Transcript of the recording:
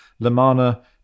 Lamana